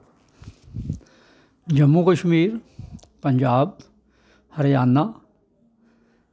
Jammu Kashmir Punjab Haryana